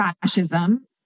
fascism